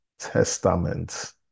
testament